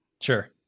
sure